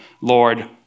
Lord